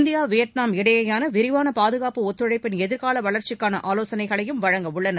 India Vietnam இடையேயான விரிவான பாதுகாப்பு ஒத்துழைப்பின் எதிர்கால வளர்ச்சிக்கான ஆலோசனைகளையும் வழங்கவுள்ளனர்